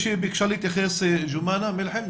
ג'ומאנה מלחם,